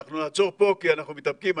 אנחנו נעצור פה כי אנחנו מתאפקים.